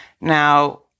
Now